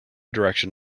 direction